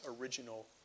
original